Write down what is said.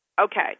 Okay